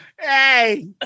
hey